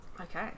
Okay